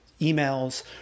emails